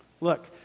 Look